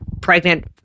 pregnant